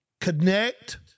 connect